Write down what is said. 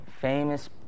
famous